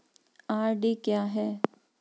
RD क्या है?